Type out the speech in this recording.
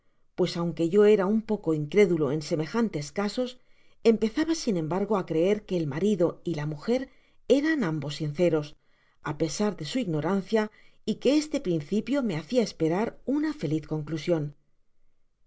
pues aunque yo era un poco incrédulo en semejantes casos empezaba sin embargo á creer que el marido y la mujer eran ambos sinceros á pesar de su ignorancia y que este principio me hacia esperar una feliz conclusion